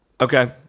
okay